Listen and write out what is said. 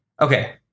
Okay